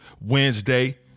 Wednesday